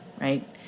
right